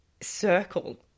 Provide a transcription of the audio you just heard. circle